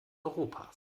europas